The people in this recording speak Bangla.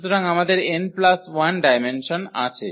সুতরাং আমাদের 𝑛 1 ডায়মেনসন আছে